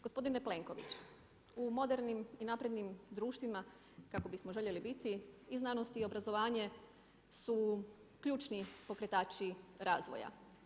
Gospodine Plenković, u modernim i naprednim društvima kako bismo željeli biti i znanost i obrazovanje su ključni pokretači razvoja.